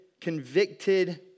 convicted